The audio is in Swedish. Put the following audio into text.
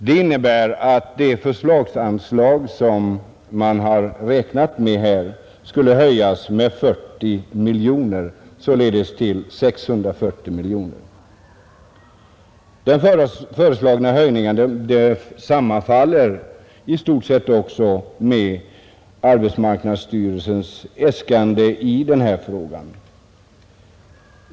Det innebär att förslagsanslaget skulle höjas med 40 miljoner kronor till 640 miljoner kronor. De föreslagna höjningarna sammanfaller i stort sett med arbetsmarknadsstyrelsens äskande i denna fråga.